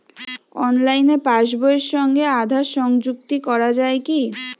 অনলাইনে পাশ বইয়ের সঙ্গে আধার সংযুক্তি করা যায় কি?